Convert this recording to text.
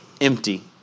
empty